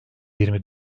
yirmi